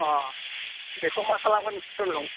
अ बेखै मा खालामगोन नोंसोर उनाव